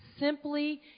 simply